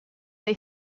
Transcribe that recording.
they